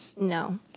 No